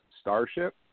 starship